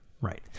Right